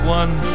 one